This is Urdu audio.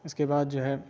اس کے بعد جو ہے